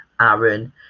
Aaron